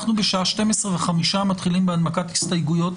בשעה 12:05 מתחילים בהנמקת הסתייגויות.